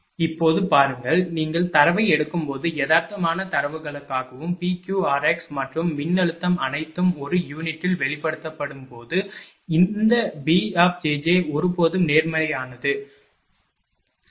இப்போது பாருங்கள் நீங்கள் தரவை எடுக்கும்போது யதார்த்தமான தரவுகளுக்காகவும் P Q r x மற்றும் மின்னழுத்தம் அனைத்தும் ஒரு யூனிட்டில் வெளிப்படுத்தப்படும் போது அந்த b எப்போதும் நேர்மறையானது சரி